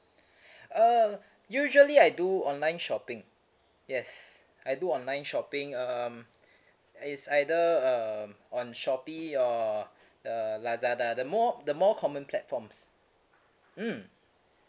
uh usually I do online shopping yes I do online shopping um it's either um on shopee or the lazada the more of the more common platforms mm